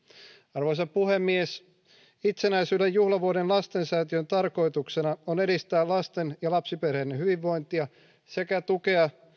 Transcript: arvoisa puhemies itsenäisyyden juhlavuoden lastensäätiön tarkoituksena on edistää lasten ja lapsiperheiden hyvinvointia sekä tukea